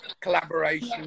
collaboration